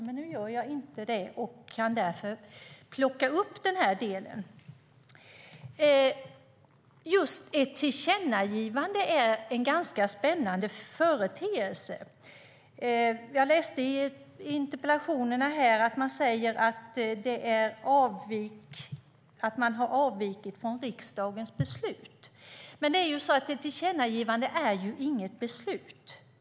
Men nu gör jag inte det, och jag kan därför plocka upp den delen. Just ett tillkännagivande är en ganska spännande företeelse. Jag läste i interpellationerna att man har avvikit från riksdagens beslut. Men ett tillkännagivande är ju inget beslut.